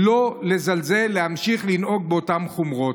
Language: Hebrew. אני קורא לכולם לא לזלזל ולהמשיך לנהוג באותן חומרות.